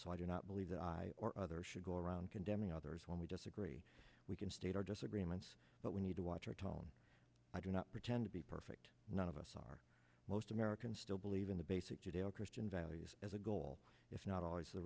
so i do not believe that i or others should go around condemning others when we disagree we can state our disagreements but we need to watch our tone i do not pretend to be perfect none of us are most americans still believe in the basic judeo christian values as a goal if not always the